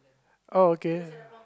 oh okay